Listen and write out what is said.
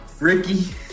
Ricky